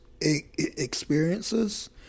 experiences